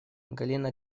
галина